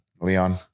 Leon